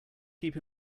keep